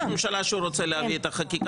אם יחליט ראש הממשלה שהוא רוצה להביא את החקיקה,